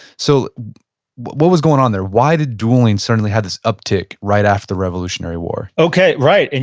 so what was going on there? why did dueling suddenly have this uptick right after the revolutionary war? okay, right. and